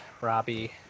Robbie